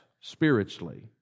spiritually